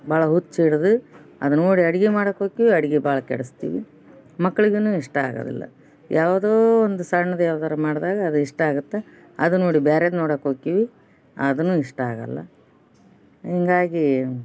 ಭಾಳ ಹುಚ್ಚು ಹಿಡ್ದು ಅದು ನೋಡಿ ಅಡ್ಗೆ ಮಾಡಕ್ಕೆ ಹೋಕಿವಿ ಅಡ್ಗೆ ಭಾಳ ಕೆಡಿಸ್ತೀವಿ ಮಕ್ಳಿಗೂನು ಇಷ್ಟ ಆಗೋದಿಲ್ಲ ಯಾವುದೋ ಒಂದು ಸಣ್ಣದು ಯಾವ್ದಾರ ಮಾಡಿದಾಗ ಅದು ಇಷ್ಟ ಆಗತ್ತೆ ಅದು ನೋಡಿ ಬ್ಯಾರೆದು ನೋಡಕ್ಕೆ ಹೋಕಿವಿ ಅದೂನು ಇಷ್ಟ ಆಗೋಲ್ಲ ಹಿಂಗಾಗಿ